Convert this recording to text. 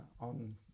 on